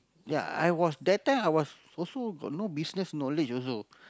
ya I was that time I was also got no business knowledge also